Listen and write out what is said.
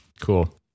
Cool